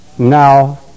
now